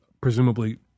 presumably